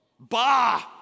Bah